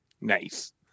Nice